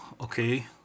Okay